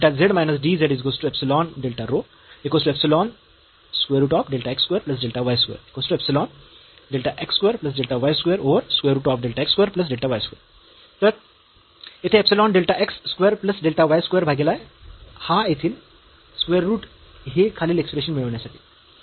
तर येथे epsilon delta x square plus delta y square भागीले हा येथील स्क्वेअर रूट हे खालील एक्स्प्रेशन मिळविण्यासाठी